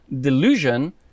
delusion